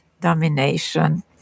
domination